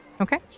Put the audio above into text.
Okay